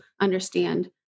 understand